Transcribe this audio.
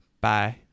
bye